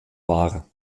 war